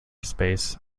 space